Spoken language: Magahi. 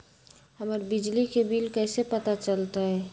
हमर बिजली के बिल कैसे पता चलतै?